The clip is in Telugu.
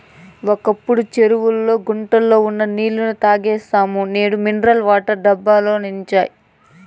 ఒకప్పుడు చెరువుల్లో గుంటల్లో ఉన్న నీళ్ళు తాగేస్తిమి నేడు మినరల్ వాటర్ డబ్బాలొచ్చినియ్